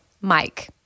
Mike